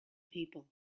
people